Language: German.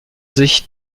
sich